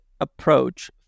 approach